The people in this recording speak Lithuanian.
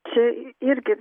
čia irgi